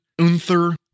Unther